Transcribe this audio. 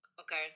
Okay